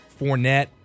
Fournette